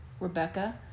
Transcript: Rebecca